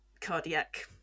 cardiac